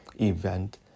event